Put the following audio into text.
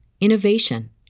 innovation